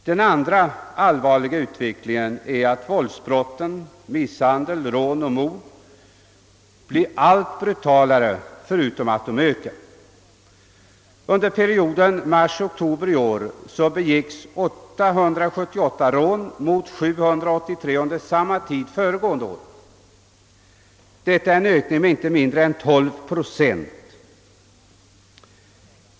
Den andra allvarliga tendensen i ut vecklingen är att våldsbrotten — misshandel, rån och mord — blir allt bru talare, förutom att de ökar i antal. Under perioden mars—oktober i år begicks 878 rån mot 783 under samma tid föregående år. Detta är en ökning med inte mindre än 12 procent.